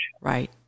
Right